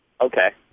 Okay